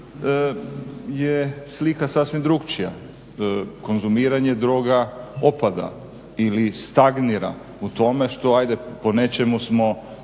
je slika sasvim drugačija. Konzumiranje droga opada ili stagnira u tome što ajde po nečemu smo